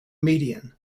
median